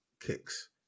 kicks